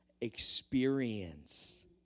experience